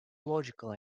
logical